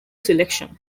selection